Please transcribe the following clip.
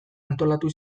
antolatu